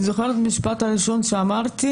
אני זוכרת את המשפט הראשון שאמרתי: